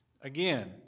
Again